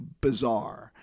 bizarre